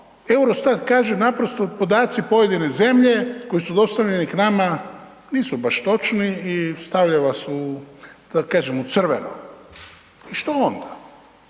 Eurostat kaže naprosto podaci pojedine zemlje koji su dostavljeni k nama nisu baš točni i stavlja vas u, da